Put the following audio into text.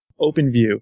OpenView